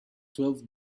twelve